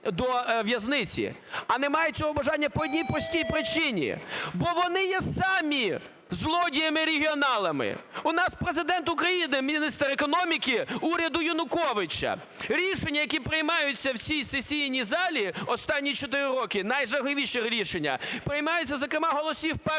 А немає цього бажання по одні простій причині, бо вони є самі злодіями-регіоналами. У нас Президент України – міністр економіки уряду Януковича. Рішення, які приймаються в цій сесійній залі останні чотири роки, – найжахливіші рішення приймаються зокрема з голосів Партії